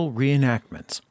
reenactments